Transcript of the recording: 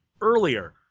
earlier